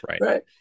right